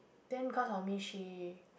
then because of me she